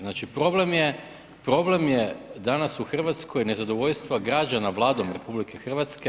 Znači problem je danas u Hrvatskoj nezadovoljstvo građana Vladom RH,